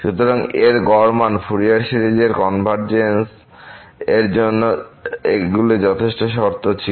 সুতরাং এই গড় মান এ ফুরিয়ার সিরিজের কনভারজেন্স এর জন্য এগুলি যথেষ্ট শর্ত ছিল